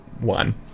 one